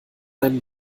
deinen